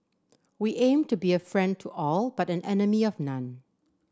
we aim to be a friend to all but an enemy of none